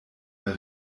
mehr